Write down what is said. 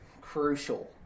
crucial